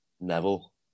Neville